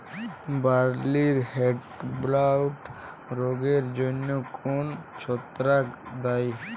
বার্লির হেডব্লাইট রোগের জন্য কোন ছত্রাক দায়ী?